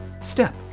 step